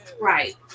Right